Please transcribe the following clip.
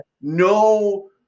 No